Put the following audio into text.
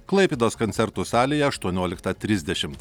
klaipėdos koncertų salėje aštuonioliktą trisdešimt